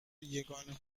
یگانه